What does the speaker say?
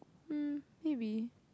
hm maybe